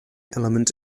element